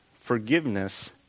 Forgiveness